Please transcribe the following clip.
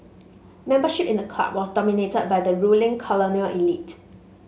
membership in the club was dominated by the ruling colonial elite